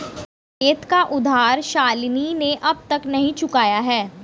साकेत का उधार शालिनी ने अब तक नहीं चुकाया है